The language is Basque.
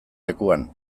lekuan